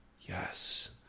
Yes